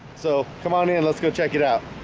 so come on in. let's go check it out